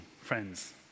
friends